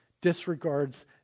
disregards